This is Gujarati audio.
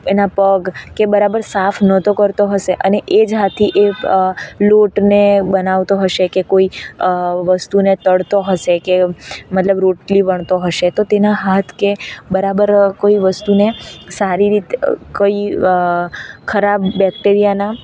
એના પગ કે બરાબર સાફ નહોતો કરતો હશે અને એ જ હાથથી એ લોટને બનાવતો હશે કે કોઈ વસ્તુને તળતો હશે કે મતલબ રોટલી વણતો હશે તો તેના હાથ કે બરાબર કોઈ વસ્તુને સારી રીત કઈ ખરાબ બેક્ટેરિયાના